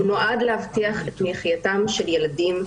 הוא נועד להבטיח את מחייתם של ילדים.